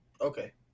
Okay